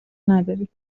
نداری